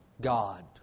God